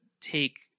take